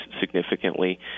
significantly